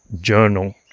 journal